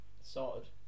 Sorted